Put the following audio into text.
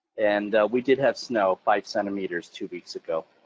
and we did have snow, five centimeters, two weeks ago,